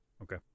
Okay